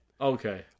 Okay